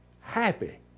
happy